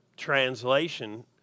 Translation